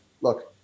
look